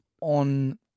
on